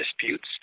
disputes